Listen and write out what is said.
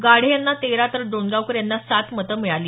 गाढे यांना तेरा तर डोणगावकर यांना सात मतं मिळाली